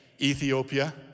Ethiopia